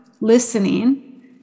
listening